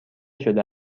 شده